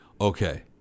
okay